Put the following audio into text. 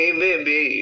baby